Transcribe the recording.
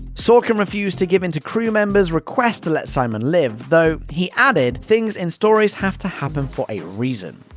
sorkin refused to give in to the crew members' request to let simon live, though. he added, things in stories have to happen for a reason.